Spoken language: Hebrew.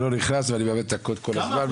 אני לא נכנס ואני מאבד את הקוד כל הזמן,